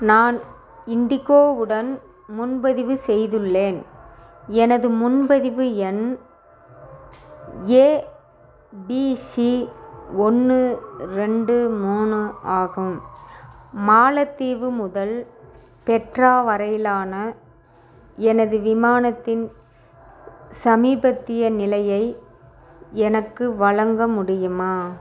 நான் இண்டிகோ உடன் முன்பதிவு செய்துள்ளேன் எனது முன்பதிவு எண் ஏபிசி ஒன்று ரெண்டு மூணு ஆகும் மாலத்தீவு முதல் பெட்ரா வரையிலான எனது விமானத்தின் சமீபத்திய நிலையை எனக்கு வழங்க முடியுமா